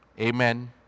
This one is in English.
amen